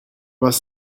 was